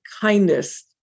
kindness